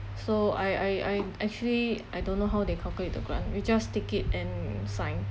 so I I I actually I don't know how they calculate the grant we just take it and sign